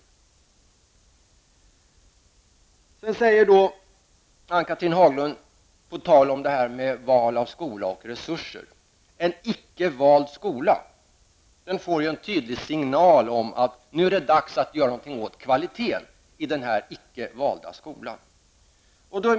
Sedan säger Ann-Cathrine Haglund, på tal om detta med val av skola och resurser, att en icke vald skola får en tydlig signal om att det är dags att göra något åt kvaliteten i denna skola.